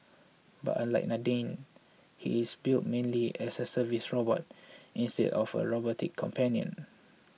but unlike Nadine he is built mainly as a service robot instead of a robotic companion